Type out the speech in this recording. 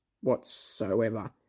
whatsoever